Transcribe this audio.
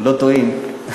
לא טועים.